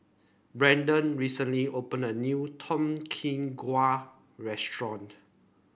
Brandon recently opened a new Tom Kha Gai restaurant